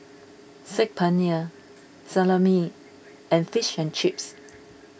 Saag Paneer Salami and Fish and Chips